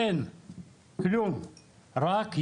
אין כלום, יש רק שפירא.